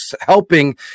helping